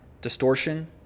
distortion